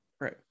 Right